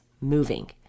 moving